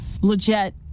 Legit